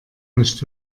nicht